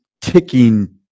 ticking